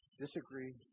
disagree